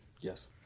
Yes